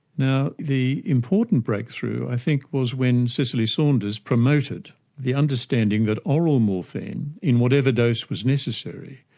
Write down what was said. now the important breakthrough i think, was when cicely saunders promoted the understanding that oral morphine, in whatever dose was necessary,